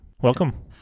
Welcome